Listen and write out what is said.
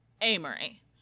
Amory